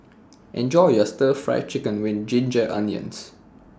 Enjoy your Stir Fried Chicken with Ginger Onions